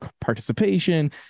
participation